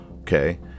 Okay